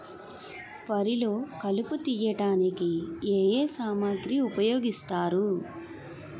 వరిలో కలుపు తియ్యడానికి ఏ ఏ సామాగ్రి ఉపయోగిస్తారు?